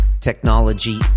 technology